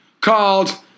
called